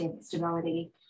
stability